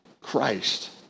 Christ